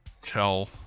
tell